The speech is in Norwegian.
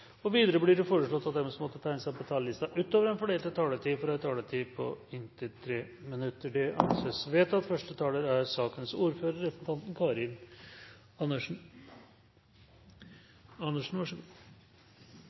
taletid, Videre blir det foreslått at de som måtte tegne seg på talerlisten utover den fordelte taletid, får en taletid på inntil 3 minutter. – Det anses vedtatt. Dette er en viktig dag. Hvis representanten